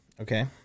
Okay